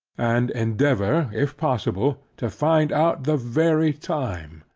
and endeavour, if possible, to find out the very time.